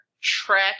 track